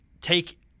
take